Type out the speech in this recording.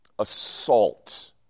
Assault